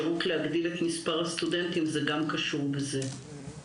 בהגדלת מספר הסטודנטים זה גם קשור לזה.